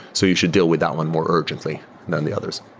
so you should deal with that one more urgently than the others.